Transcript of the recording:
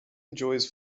enjoys